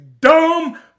dumb